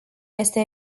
este